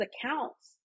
accounts